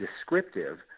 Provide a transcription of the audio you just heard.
descriptive